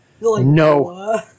No